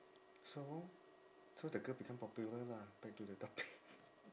so so the girl become popular lah back to the topic